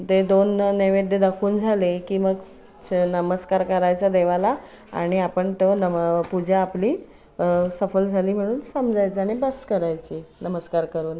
ते दोन नैवेद्य दाखवून झाले किंवा नमस्कार कारायचा देवाला आणि आपण तो नम पूजा आपली सफल झाली म्हणून समजायचा आणि बस करायची नमस्कार करून